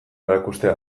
erakustea